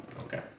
Okay